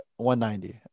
190